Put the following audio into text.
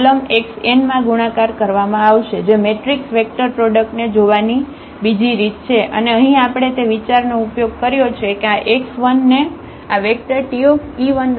column xn માં ગુણાકાર કરવામાં આવશે જે મેટ્રિક્સ વેક્ટર પ્રોડક્ટને જોવાની બીજી રીત છે અને અહીં આપણે તે વિચારનો ઉપયોગ કર્યો છે કે આ x1 ને આ વેક્ટર Te1